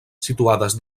situades